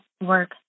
work